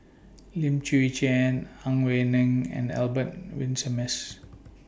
Lim Chwee Chian Ang Wei Neng and Albert Winsemius